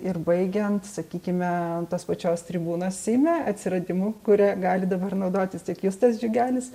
ir baigiant sakykime tos pačios tribūnos seime atsiradimu kuria gali dabar naudotis tiek justas džiugelis